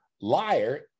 liar